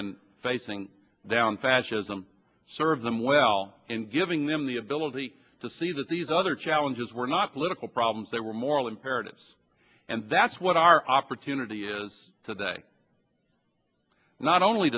and facing down fascism served them well and giving them the ability to see that these other challenges were not political problems they were moral imperatives and that's what our opportunity is today not only